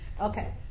Okay